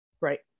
Right